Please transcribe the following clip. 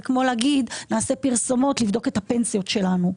זה כמו להגיד נעשה פרסומות לבדוק את הפנסיות שלנו.